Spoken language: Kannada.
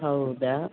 ಹೌದಾ